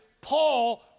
Paul